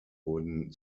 wurden